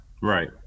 Right